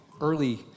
early